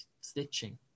stitching